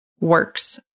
works